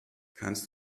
kannst